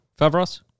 Favros